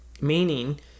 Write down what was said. Meaning